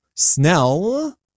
Snell